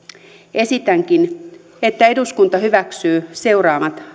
esitänkin että eduskunta hyväksyy seuraavan